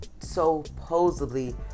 supposedly